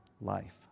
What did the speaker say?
life